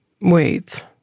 Wait